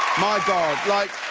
my god, like,